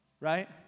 Right